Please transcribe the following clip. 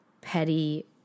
petty